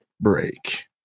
break